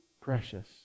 precious